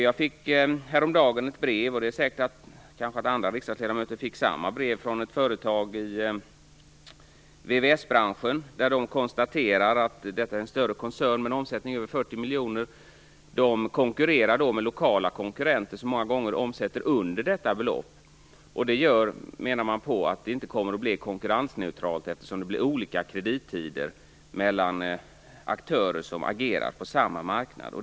Jag fick häromdagen ett brev - det är möjligt att andra riksdagsledamöter fick samma brev - från ett företag i VVS-branschen. Detta är en större koncern med en omsättning på över 40 miljoner, och man konstaterar att man konkurrerar med lokala konkurrenter som många gånger omsätter under detta belopp. Det gör, menar man, att handeln inte kommer att bli konkurrensneutral eftersom aktörer på samma marknad kommer att ha olika kredittider.